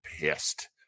pissed